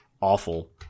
awful